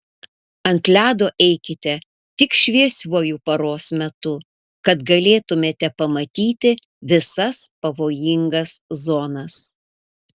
ant ledo eikite tik šviesiuoju paros metu kad galėtumėte pamatyti visas pavojingas zonas